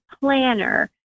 planner